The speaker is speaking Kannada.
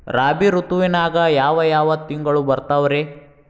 ರಾಬಿ ಋತುವಿನಾಗ ಯಾವ್ ಯಾವ್ ತಿಂಗಳು ಬರ್ತಾವ್ ರೇ?